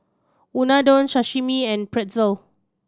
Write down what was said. Unadon Sashimi and Pretzel